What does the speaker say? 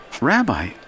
Rabbi